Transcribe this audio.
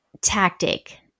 tactic